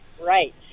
right